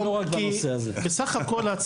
כי בסך הכל,